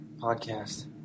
Podcast